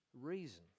reason